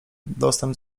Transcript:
dostęp